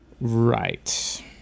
Right